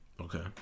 Okay